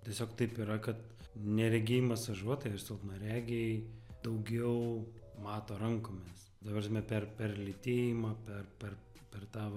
tiesiog taip yra kad neregiai masažuotojai ir silpnaregiai daugiau mato rankomis ta prasme per per lytėjimą per per per tą va